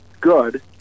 good